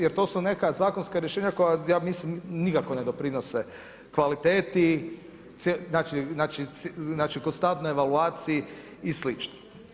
Jer to su neka zakonska rješenja koja ja mislim nikako ne doprinose kvaliteti, znači konstantnoj evaluaciji i slično.